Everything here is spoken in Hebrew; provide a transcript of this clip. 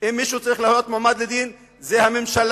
אם מישהו צריך להיות מועמד לדין זה הממשלה,